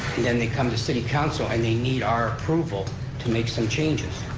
and then they come to city council and they need our approval to make some changes?